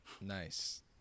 nice